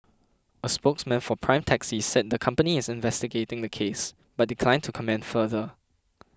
a spokesman for Prime Taxi said the company is investigating the case but declined to comment further